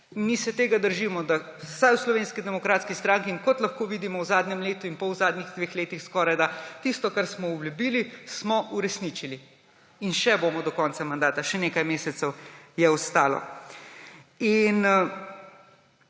Mi se tega držimo, vsaj v Slovenski demokratski stranki, kot lahko vidimo v zadnjem letu in pol, v zadnjih skorajda dveh letih, smo tisto, kar smo obljubili, uresničili. In še bomo do konca mandata, še nekaj mesecev je ostalo. Če